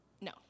No